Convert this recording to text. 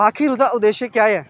आखर ओह्दा उद्देश्य केह् ऐ